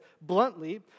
bluntly